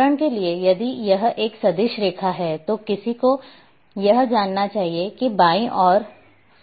उदाहरण के लिए यदि यह एक सदिश रेखा है तो किसी को यह जानना चाहिए कि बाईं ओर